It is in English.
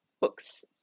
books